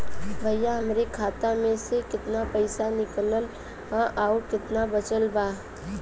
भईया हमरे खाता मे से कितना पइसा निकालल ह अउर कितना बचल बा?